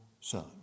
son